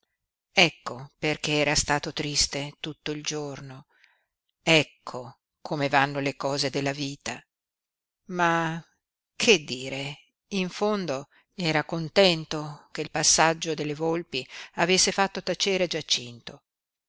ecco perché era stato triste tutto il giorno ecco come vanno le cose della vita ma che dire in fondo era contento che il passaggio delle volpi avesse fatto tacere giacinto